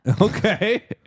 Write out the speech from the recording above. Okay